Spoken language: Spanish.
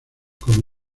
como